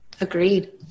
Agreed